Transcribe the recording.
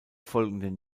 folgenden